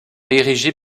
érigés